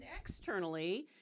externally